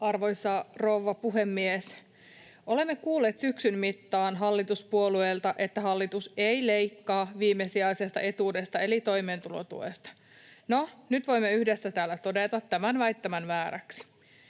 Arvoisa rouva puhemies! Olemme kuulleet syksyn mittaan hallituspuolueilta, että hallitus ei leikkaa viimesijaisesta etuudesta eli toimeentulotuesta. No, nyt voimme yhdessä täällä todeta tämän väittämän vääräksi.